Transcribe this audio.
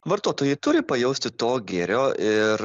vartotojai turi pajausti to gėrio ir